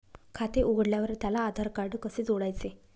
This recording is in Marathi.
खाते उघडल्यावर त्याला आधारकार्ड कसे जोडायचे?